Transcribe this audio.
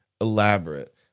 elaborate